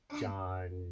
John